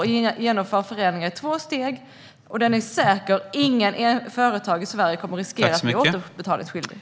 Vi genomför förändringar i två steg, och det är säkert: Inget företag i Sverige kommer att riskera att bli återbetalningsskyldigt.